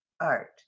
art